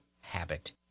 habit